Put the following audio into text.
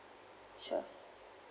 sure